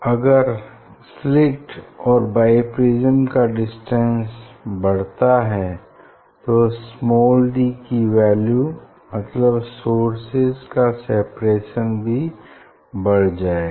अगर स्लिट और बाईप्रिज्म का डिस्टेंस बढ़ता है तो स्माल डी की वैल्यू मतलब सोर्सेज का सेपरेशन भी बढ़ जायेगा